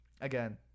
again